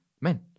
men